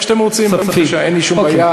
איך שאתם רוצים, בבקשה, אין לי שום בעיה.